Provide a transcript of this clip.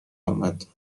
اومد